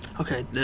Okay